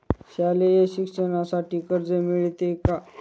शालेय शिक्षणासाठी कर्ज मिळते का?